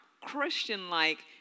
Christian-like